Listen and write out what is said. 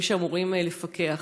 כמי שאמורים לפקח.